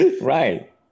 right